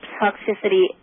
toxicity